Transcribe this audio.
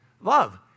love